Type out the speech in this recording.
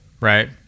Right